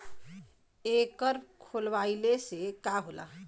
एकर खोलवाइले से का होला?